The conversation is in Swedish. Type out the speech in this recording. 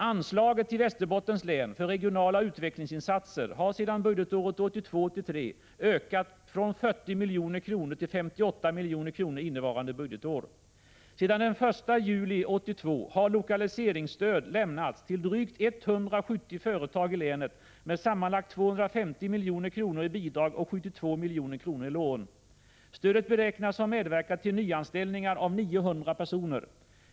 Anslagen till Västerbottens län för regionala utvecklingsinsatser har sedan budgetåret 1982/83 ökat från 40 milj.kr. till 58 milj.kr. innevarande budgetår. 165 Sedan den 1 juli 1982 har lokaliseringsstöd lämnats till drygt 170 företag i länet med sammanlagt 250 milj.kr. i bidrag och 72 milj.kr. i lån. Stödet beräknas ha medverkat till nyanställningar av 900 personer.